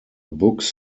books